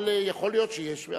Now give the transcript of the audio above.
אבל יכול להיות שיש,